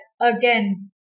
again